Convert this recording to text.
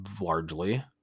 largely